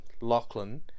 Lachlan